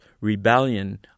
rebellion